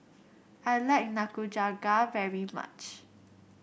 I like Nikujaga very much